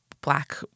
black